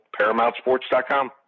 ParamountSports.com